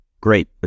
Great